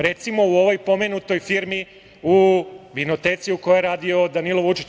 Recimo, u ovoj pomenutoj firmi, u vinoteci u kojoj je radio Danilo Vučić.